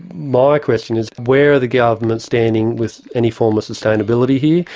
my question is, where are the government standing with any form of sustainability here?